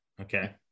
Okay